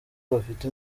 bafite